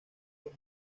por